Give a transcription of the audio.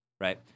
Right